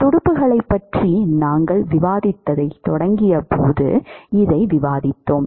துடுப்புகளைப் பற்றி நாங்கள் விவாதத்தைத் தொடங்கியபோது இதை விவாதித்தோம்